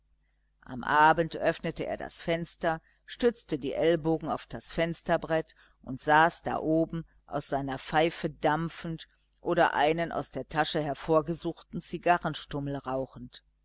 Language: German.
am abend öffnete er das fenster stützte die ellbogen auf das fensterbrett und saß da oben aus seiner pfeife dampfend oder einen aus der tasche hervorgesuchten zigarrenstummel rauchend